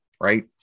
right